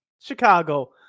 Chicago